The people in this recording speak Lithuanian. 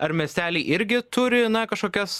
ar miesteliai irgi turi na kažkokias